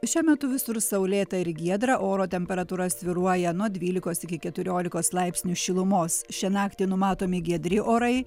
šiuo metu visur saulėta ir giedra oro temperatūra svyruoja nuo dvylikos iki keturiolikos laipsnių šilumos šią naktį numatomi giedri orai